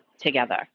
together